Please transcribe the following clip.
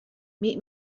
meet